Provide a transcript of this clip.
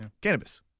Cannabis